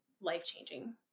life-changing